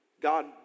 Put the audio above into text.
God